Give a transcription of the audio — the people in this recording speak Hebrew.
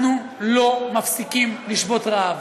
אנחנו לא מפסיקים לשבות רעב.